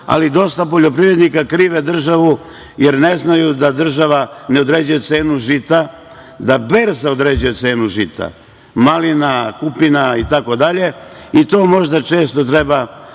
Ali, dosta poljoprivrednika krive državu, jer ne znaju da država ne određuje cenu žita, da berza određuje cenu žita, malina, kupina itd. To možda često treba